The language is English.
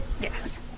Yes